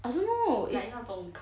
I don't know is